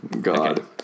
God